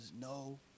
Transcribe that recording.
no